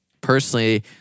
personally